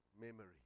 memory